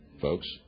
folks